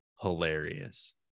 hilarious